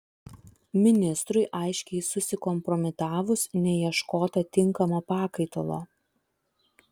ministrui aiškiai susikompromitavus neieškota tinkamo pakaitalo